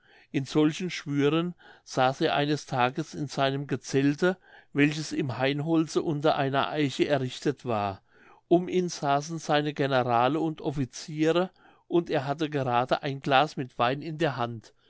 in solchen schwüren saß er eines tages in seinem gezelte welches im hainholze unter einer eiche errichtet war um ihn saßen seine generale und offiziere und er hatte gerade ein glas mit wein in der hand